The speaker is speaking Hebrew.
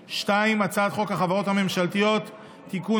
2. הצעת חוק החברות הממשלתיות (תיקון,